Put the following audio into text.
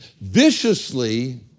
viciously